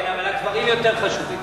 כן, אבל הקברים יותר חשובים.